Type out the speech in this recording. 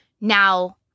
Now